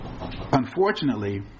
Unfortunately